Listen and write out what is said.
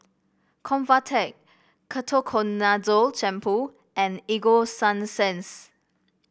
Convatec Ketoconazole Shampoo and Ego Sunsense